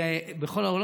זה נעשה היום בכל העולם,